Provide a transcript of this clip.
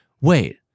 Wait